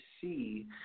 see